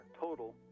total